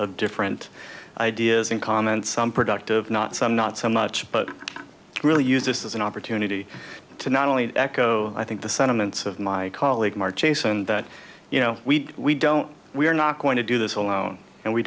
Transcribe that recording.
of different ideas and comments some productive not some not so much but really use this as an opportunity to not only echo i think the sentiments of my colleague march asen that you know we we don't we're not going to do this alone and we